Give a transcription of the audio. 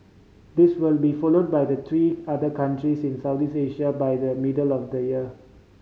this will be followed by the three other countries in Southeast Asia by the middle of the year